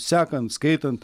sekant skaitant